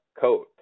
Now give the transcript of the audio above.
coat